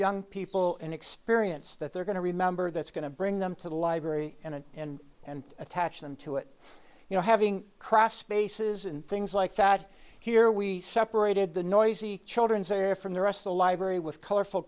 young people an experience that they're going to remember that's going to bring them to the library and in and attach them to it you know having crafts spaces and things like that here we separated the noisy children's area from the rest of the library with colorful